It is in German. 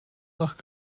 nach